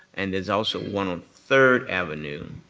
and there's also one on third avenue